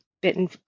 bitten